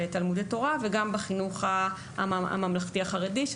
בתלמודי תורה וגם בחינוך הממלכתי החרדתי,